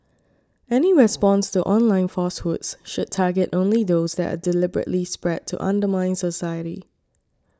any response to online falsehoods should target only those that are deliberately spread to undermine society